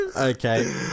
Okay